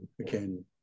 again